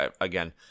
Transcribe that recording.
again